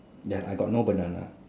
ya I got no banana